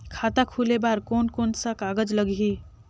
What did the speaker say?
खाता खुले बार कोन कोन सा कागज़ लगही?